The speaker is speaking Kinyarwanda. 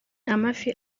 amafi